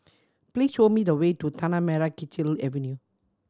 please show me the way to Tanah Merah Kechil Avenue